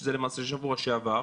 שזה בשבוע שעבר.